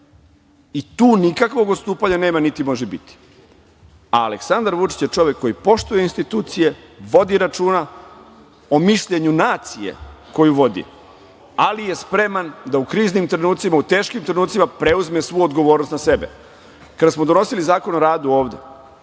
Tu nikakvog odstupanja nema, niti može biti, a Aleksandar Vučić je čovek koji poštuje institucije, vodi računa o mišljenju nacije koju vodi, ali je spreman da u kriznim trenucima, u teškim trenucima preuzme svu odgovornost na sebe. Kada smo donosili Zakon o radu ovde,